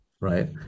right